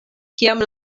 kiam